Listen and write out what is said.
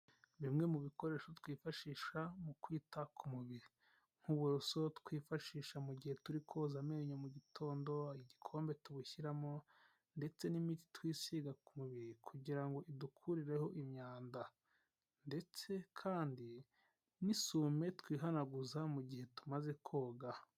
Bimwe mu bikoresho twifashisha mu kwita ku mubiri. Nk'uburoso twifashisha mu gihe turi koza amenyo mu mugitondo, igikombe tubushyiramo, ndetse n'imiti twisiga ku mubiri kugira idukurireho imyanda, ndetse kandi n'isume twihanaguza mu gihe tumaze koga.